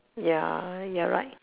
ya you're right